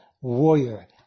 warrior